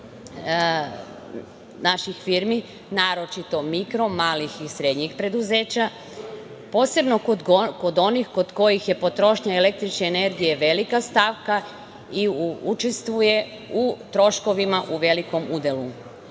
naših firmi, naročito mikro, malih i srednjih preduzeća, posebno kod onih kod kojih je potrošnja električne energije velika stavka i učestvuje u troškovima u velikom